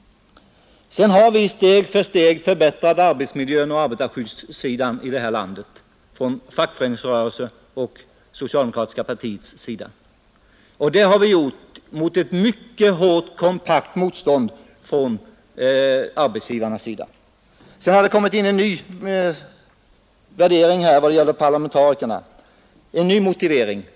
Vi har steg för steg förbättrat arbetsmiljön och arbetarskyddet i detta land från fackföreningsrörelsens och socialdemokratiska partiets sida. Det har vi gjort mot ett mycket hårt och kompakt motstånd från arbetsgivarsidan. Det har kommit in en ny motivering vad gäller parlamentarikerna.